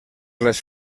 les